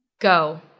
Go